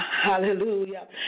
Hallelujah